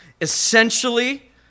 essentially